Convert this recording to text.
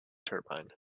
turbine